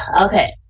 okay